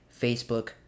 Facebook